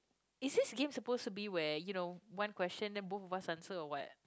is this game suppose to be where you know one question then both of us answer or what